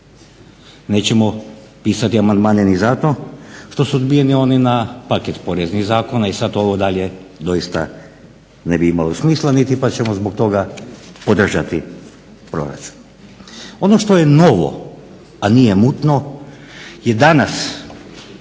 Nećemo pisati amandmane ni zato što su odbijeni oni na paket poreznih zakona i sad ovo dalje doista ne bi imalo smisla. Pa ćemo zbog toga podržati proračun. Ono što je novo, a nije mutno je danas